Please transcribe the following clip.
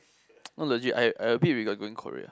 no legit I I a bit regret going Korea